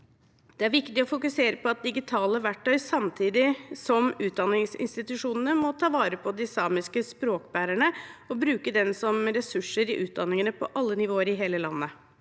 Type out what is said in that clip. Det er viktig å fokusere på digitale verktøy samtidig som utdanningsinstitusjonene må ta vare på de samiske språkbærerne, og bruke dem som ressurser i utdanningene på alle nivåer i hele landet.